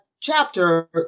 chapter